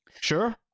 sure